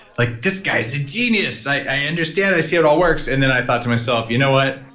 like this guy's a genius. i i understand, i see it all works. and then i thought to myself, you know what?